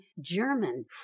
German